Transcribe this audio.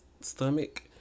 stomach